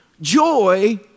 joy